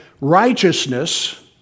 righteousness